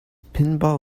pinball